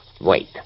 Wait